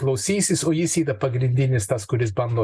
klausysis o jis yra pagrindinis tas kuris bando